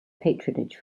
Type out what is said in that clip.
patronage